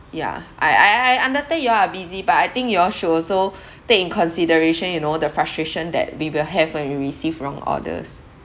yeah I I I understand you all are busy but I think you all should also take in consideration you know the frustration that we will have when we receive wrong orders